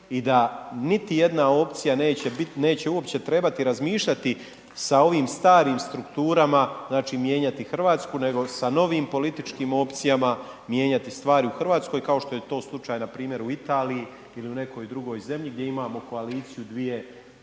i da niti jedna opcija neće uopće trebati razmišljati sa ovim starim strukturama, znači, mijenjati RH, nego sa novim političkim opcijama mijenjati stvari u RH, kao što je to slučaj npr. u Italiji ili u nekoj drugoj zemlji gdje imamo koaliciju dvije